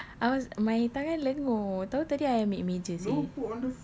I was my tangan lenguh tahu tadi I ambil meja seh